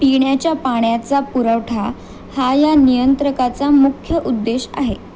पिण्याच्या पाण्याचा पुरवठा हा या नियंत्रकाचा मुख्य उद्देश आहे